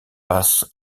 pas